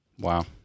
wow